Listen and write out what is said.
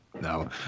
No